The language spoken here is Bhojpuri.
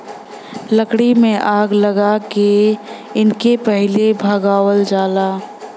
लकड़ी में आग लगा के इनके पहिले भगावल जाला